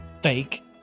fake